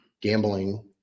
gambling